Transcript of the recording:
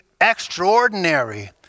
extraordinary